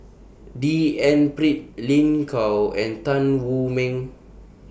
D N Pritt Lin Gao and Tan Wu Meng